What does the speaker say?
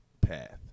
path